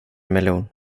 melon